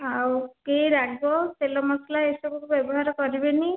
ଆଉ କି ରାଗ ତେଲ ମସଲା ଏସବୁ ବ୍ୟବହାର କରିବେନି